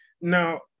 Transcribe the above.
Now